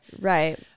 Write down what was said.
Right